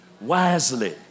wisely